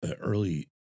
early